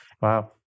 Wow